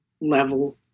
level